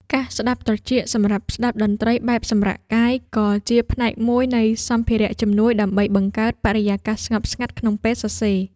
កាសស្ដាប់ត្រចៀកសម្រាប់ស្ដាប់តន្ត្រីបែបសម្រាកកាយ ក៏ជាផ្នែកមួយនៃសម្ភារៈជំនួយដើម្បីបង្កើតបរិយាកាសស្ងប់ស្ងាត់ក្នុងពេលសរសេរ។